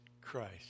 Christ